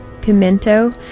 Pimento